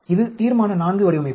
இது தீர்மான IV வடிவமைப்பு